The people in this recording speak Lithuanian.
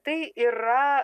tai yra